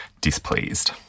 displeased